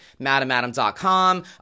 madamadam.com